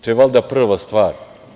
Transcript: To je valjda prva stvar.